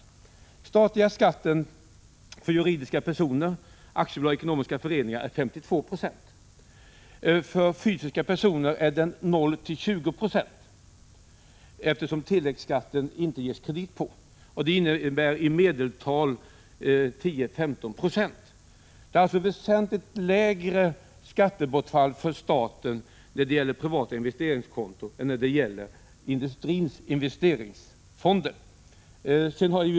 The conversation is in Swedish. Den statliga skatten för juridiska personer, aktiebolag och ekonomiska föreningar, är 52 20. För fysiska personer är den 0-20 96, eftersom det inte ges kredit på tilläggsskatten. Det innebär i medeltal 10-15 96. Privata investeringskonton medför alltså ett väsentligt lägre skattebortfall för staten än industrins investeringsfonder.